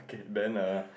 then err